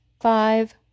five